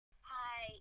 Hi